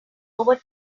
over